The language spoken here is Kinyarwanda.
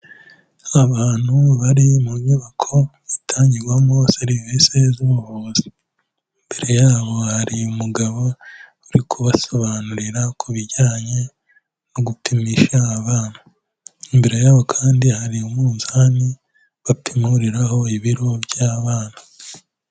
Abantu bari mu nyubako itangirwamo serivisi z'ubuvuzi. Imbere yabo hari umugabo uri kubasobanurira ku bijyanye no gupimisha abana. Imbere yabo kandi hari umunzani bapimuriraho ibiro by'abana.